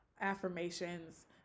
affirmations